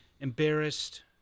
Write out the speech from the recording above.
embarrassed